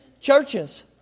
Churches